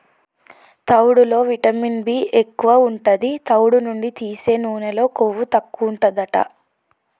తవుడులో vitamin B ఎక్కువు ఉంటది, తవుడు నుండి తీసే నూనెలో కొవ్వు తక్కువుంటదట